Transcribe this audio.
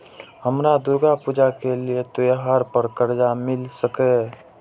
हमरा दुर्गा पूजा के लिए त्योहार पर कर्जा मिल सकय?